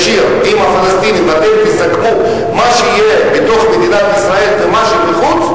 ישיר עם הפלסטינים ואתם תסכמו מה שיהיה בתוך מדינת ישראל ומה שמחוץ,